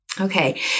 Okay